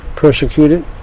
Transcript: Persecuted